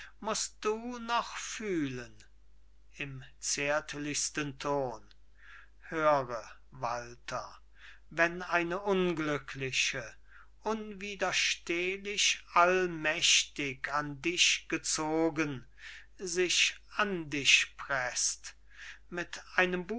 mußt du noch fühlen im zärtlichsten ton höre walter wenn eine unglückliche unwiderstehlich allmächtig an dich gezogen sich an dich preßt mit einem